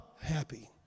happy